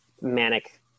manic